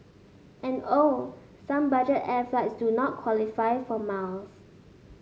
and oh some budget air flights do not qualify for miles